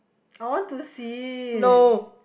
I want to see